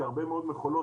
כי הרבה מאוד מכולות,